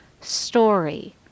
story